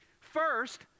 First